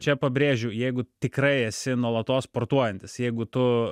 čia pabrėžiu jeigu tikrai esi nuolatos sportuojantis jeigu tu